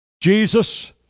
Jesus